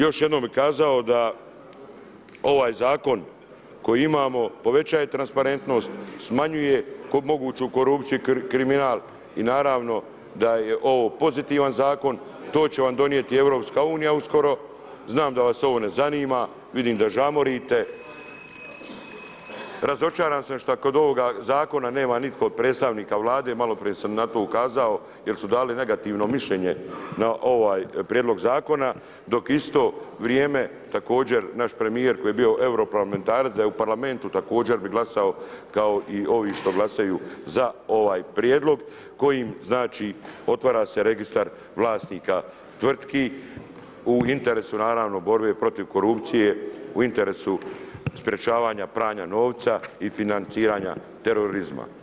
Još jedno bi kazao da ovaj zakon koji imamo povećaje transparentnost, smanjuje moguću korupciju i kriminal i naravno da je ovo pozitivan zakon, to će vam donijeti EU uskoro, znam da vas ovo ne zanima, vidim da žamorite, razočaran sam šta kod ovoga zakona nema nitko od predstavnika Vlade, maloprije sam na to ukazao jer su dali negativno mišljenje na ovaj prijedlog zakona, dok isto vrijeme naš premijer, koji je bio Europarlamentarac da je u Parlamentu također bi glasao kao i ovi što glasaju za ovaj prijedlog kojim otvara se Registar vlasnika tvrtki u interesu borbe protiv korupcije, u interesu sprečavanja pranja novca i financiranja terorizma.